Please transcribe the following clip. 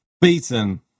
beaten